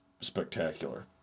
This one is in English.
spectacular